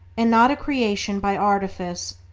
and not a creation by artifice,